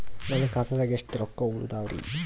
ನನ್ನ ಖಾತಾದಾಗ ಎಷ್ಟ ರೊಕ್ಕ ಉಳದಾವರಿ?